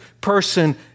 person